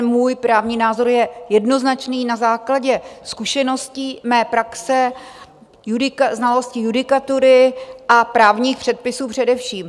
Můj právní názor je jednoznačný na základě zkušeností, mé praxe, znalosti judikatury a právních předpisů především.